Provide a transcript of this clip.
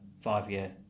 five-year